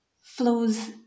flows